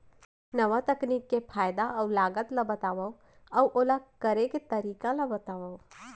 नवा तकनीक के फायदा अऊ लागत ला बतावव अऊ ओला करे के तरीका ला बतावव?